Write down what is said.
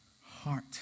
heart